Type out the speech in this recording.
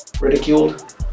Ridiculed